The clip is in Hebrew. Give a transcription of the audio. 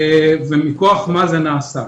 ומכוח מה זה נעשה.